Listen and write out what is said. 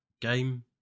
game